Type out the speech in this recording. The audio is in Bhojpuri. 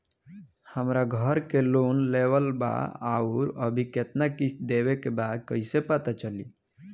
हमरा घर के लोन लेवल बा आउर अभी केतना किश्त देवे के बा कैसे पता चली?